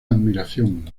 admiración